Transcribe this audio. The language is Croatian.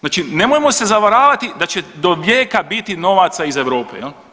Znači, nemojmo se zavaravati da će dovijeka biti novaca iz Europe jel.